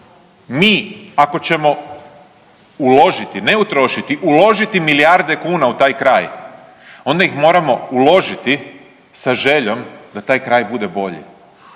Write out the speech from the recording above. Mi ako ćemo uložiti, ne utrošiti, uložiti milijarde kuna u taj kraj onda ih moramo uložiti sa željom da taj kraj bude bolji,